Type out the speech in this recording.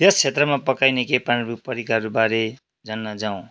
यस क्षेत्रमा पकाइने केही पानरुप परिकाहरूबारे जान्न जाउँ